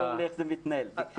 התנהל כבית-ספר יסודי לכל